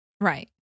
Right